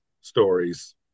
stories